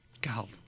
God